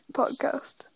podcast